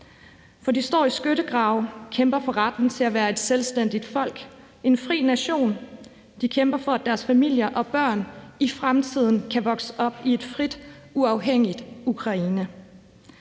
for de står i skyttegrave og kæmper for retten til at være et selvstændigt folk, en fri nation. De kæmper for, at deres familier og børn i fremtiden kan vokse op i et frit, uafhængigt Ukraine.